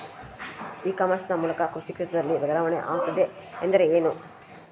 E commerce ನ ಮೂಲಕ ಕೃಷಿ ಕ್ಷೇತ್ರದಲ್ಲಿ ಬದಲಾವಣೆ ಆಗುತ್ತಿದೆ ಎಂದರೆ ಏನು?